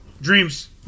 Dreams